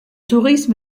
tourisme